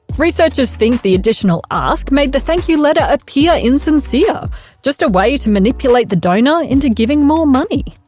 researchers think the additional ask made the thank you letter appear insincere just a way to manipulate the donor into giving more money.